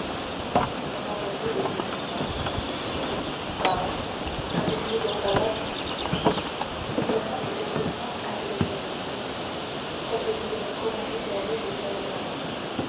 on n'entend plus les gémissements femme as-tu fini ton travail il me manque quelques points à cette chemise quoique nous ayons prolongé la veille bien tard